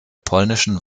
polnischen